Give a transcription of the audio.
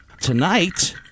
Tonight